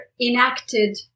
enacted